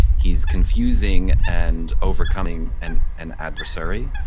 he's confusing and overcoming and an adversary,